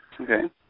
Okay